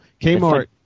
Kmart